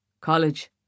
College